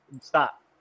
stop